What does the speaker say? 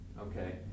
Okay